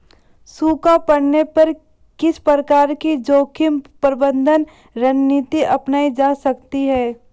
सूखा पड़ने पर किस प्रकार की जोखिम प्रबंधन रणनीति अपनाई जा सकती है?